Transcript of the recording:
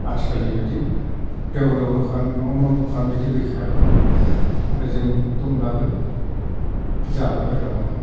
आथिखालनि बायदि ब्रेव ब्रेव दखान न' न' दखान बिदि गैखायामोन आरो जों दंब्लाबो जालाबायग्रा नङामोन